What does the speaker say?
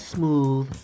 Smooth